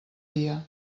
dia